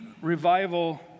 revival